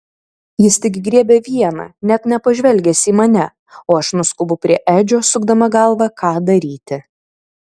jis tik griebia vieną net nepažvelgęs į mane o aš nuskubu prie edžio sukdama galvą ką daryti